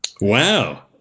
Wow